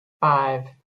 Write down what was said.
five